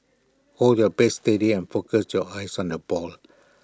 hold your bat steady and focus your eyes on the ball